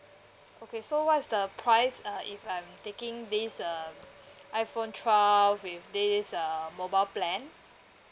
okay so what is the price uh if I'm taking this um iphone twelve with this uh mobile plan